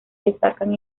destacan